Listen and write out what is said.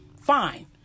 fine